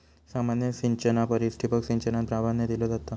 सामान्य सिंचना परिस ठिबक सिंचनाक प्राधान्य दिलो जाता